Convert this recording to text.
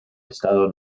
estado